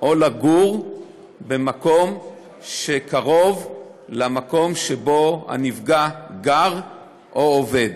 או לגור במקום שקרוב למקום שבו הנפגע גר או עובד.